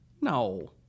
No